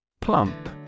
Plump